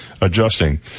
adjusting